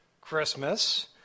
Christmas